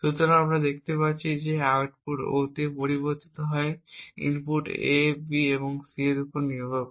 সুতরাং আমরা দেখতে পাচ্ছি যে আউটপুট O পরিবর্তিত হয় ইনপুট A B এবং C এর উপর নির্ভর করে